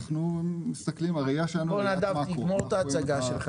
נדב, תגמור את ההצגה שלך.